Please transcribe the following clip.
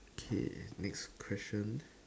okay next question